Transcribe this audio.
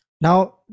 Now